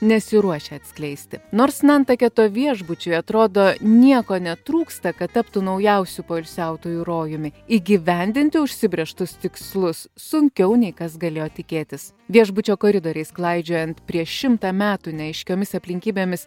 nesiruošia atskleisti nors nantaketo viešbučiui atrodo nieko netrūksta kad taptų naujausiu poilsiautojų rojumi įgyvendinti užsibrėžtus tikslus sunkiau nei kas galėjo tikėtis viešbučio koridoriais klaidžiojant prieš šimtą metų neaiškiomis aplinkybėmis